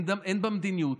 אין בה מדיניות,